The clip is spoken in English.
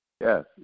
yes